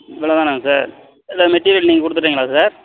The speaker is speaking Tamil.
இவ்வளோதானா சார் இல்லை மெட்டிரியல் நீங்கள் கொடுத்துட்றீங்களா சார்